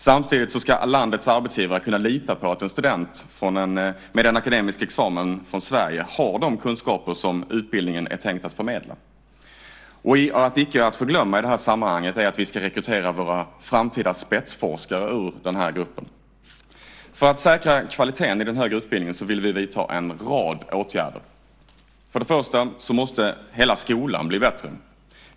Samtidigt ska landets arbetsgivare kunna lita på att en student med en akademisk examen från Sverige har de kunskaper som utbildningen är tänkt att förmedla. Icke att förglömma i detta sammanhang är att vi ska rekrytera våra framtida spetsforskare ur denna grupp. För att stärka kvaliteten i den högre utbildningen vill vi vidta en rad åtgärder. För det första måste hela skolan bli bättre.